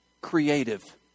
creative